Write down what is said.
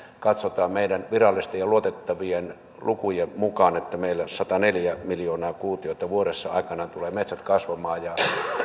katsotaan meidän virallisten ja luotettavien lukujen mukaan että meillä sataneljä miljoonaa kuutiota vuodessa aikanaan metsät tulevat kasvamaan ja